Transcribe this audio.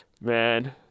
Man